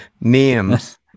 names